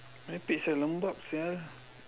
merepek sia lembab sia